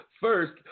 first